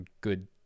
good